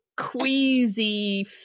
queasy